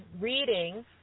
reading